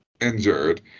injured